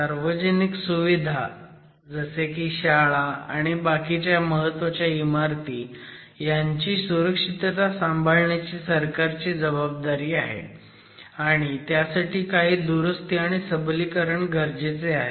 सार्वजनिक सुविधा जसे की शाळा आणि बाकीच्या महत्वाच्या इमारती ह्यांची सुरक्षितता सांभाळण्याची जबाबदारी सरकारची आहे आणि त्यासाठी काही दुरुस्ती आणि सबलीकरण गरजेचे आहे